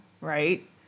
Right